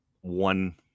one